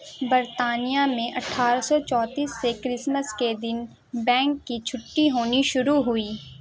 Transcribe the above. برطانیہ میں اٹھارہ سو چونتیس سے کرسمس کے دن بینک کی چھٹی ہونی شروع ہوئی